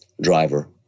driver